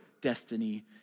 destiny